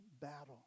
battle